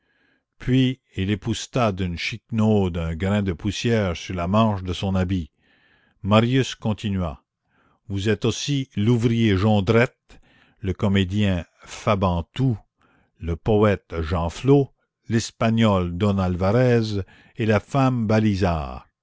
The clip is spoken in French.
puis il épousseta d'une chiquenaude un grain de poussière sur la manche de son habit marius continua vous êtes aussi l'ouvrier jondrette le comédien fabantou le poète genflot l'espagnol don alvarès et la femme